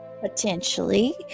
Potentially